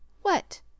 What